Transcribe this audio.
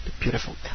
beautiful